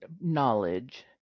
knowledge